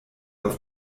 auf